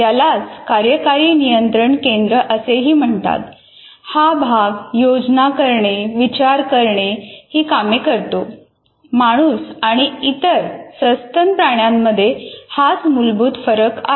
यालाच कार्यकारी नियंत्रण केंद्र असेही म्हणतात हा भाग योजना करणे आणि विचार करणे ही कामे करतो माणूस आणि इतर सस्तन प्राण्यांमध्ये हाच मूलभूत फरक आहे